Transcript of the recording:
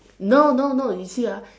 no no no you see ah